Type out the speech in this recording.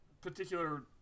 particular